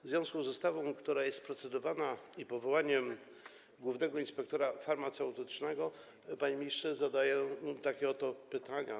W związku z ustawą, nad którą procedujemy, i powołaniem głównego inspektora farmaceutycznego, panie ministrze, zadaję takie oto pytania.